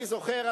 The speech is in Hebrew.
אני זוכר,